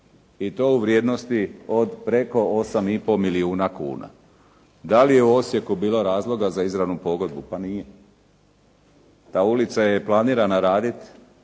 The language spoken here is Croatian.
i to u vrijednosti od preko 8,5 milijuna kuna. Da li je u Osijeku bilo razloga za izravnu pogodbu? Pa nije. Ta ulica je planirana raditi,